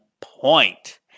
point